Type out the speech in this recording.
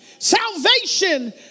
Salvation